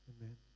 Amen